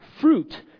fruit